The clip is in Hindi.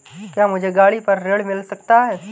क्या मुझे गाड़ी पर ऋण मिल सकता है?